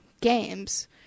games